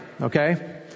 Okay